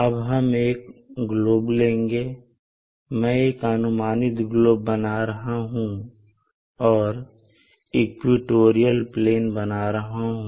अब हम एक ग्लोब लेंगे मैं एक अनुमानित ग्लोब बना रहा हूं और इक्वेटोरियल प्लेन बना रहा हूं